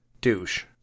douche